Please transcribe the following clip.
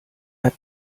hat